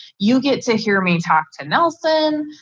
you get to hear me talk to nelson.